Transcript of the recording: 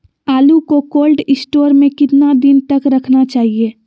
आलू को cold store में कितना दिन तक रखना चाहिए?